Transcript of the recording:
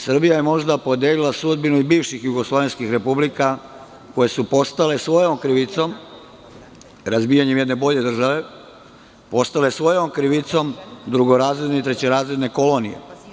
Srbija je možda podelila sudbinu i bivših jugoslovenskih republika koje su postale svojom krivicom, razbijanjem jedne bolje države, postale svojom krivicom drugorazredne i trećerazredne kolonije.